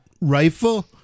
rifle